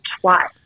twice